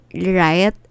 right